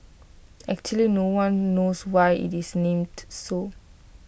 actually no one knows why IT is named so